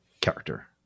character